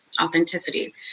Authenticity